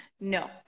No